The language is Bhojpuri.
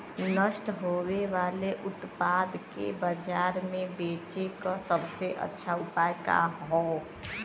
नष्ट होवे वाले उतपाद के बाजार में बेचे क सबसे अच्छा उपाय का हो?